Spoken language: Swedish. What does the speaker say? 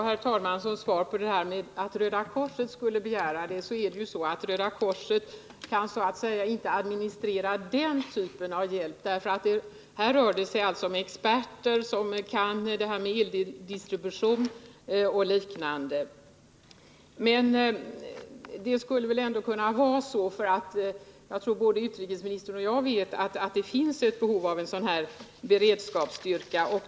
Herr talman! Utrikesministern säger att Röda korset skulle begära en särskild beredskapsstyrka. Men Röda korset kan inte administrera den typen av hjälp. Här rör det sig om experter på eldistribution och liknande frågor. Men jag tror att både utrikesministern och jag vet att det finns ett behov av en sådan beredskapsstyrka.